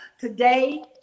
today